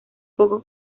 poco